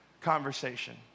conversation